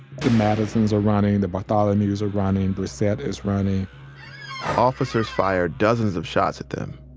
the madisons are running. the bartholomews are running. brissette is running officers fired dozens of shots at them.